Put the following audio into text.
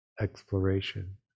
exploration